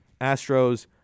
Astros